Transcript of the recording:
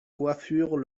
coiffures